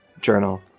journal